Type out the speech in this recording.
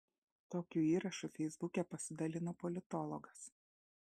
tokiu įrašu feisbuke pasidalino politologas